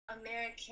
American